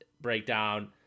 breakdown